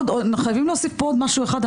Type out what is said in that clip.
חייבים להוסיף כאן עוד משהו אחד.